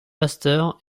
pasteur